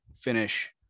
finish